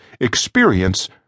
experience